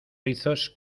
rizos